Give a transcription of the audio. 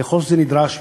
ככל שזה נדרש,